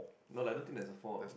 no lah I don't think there's a four